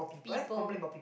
people